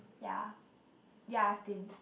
ya ya I've been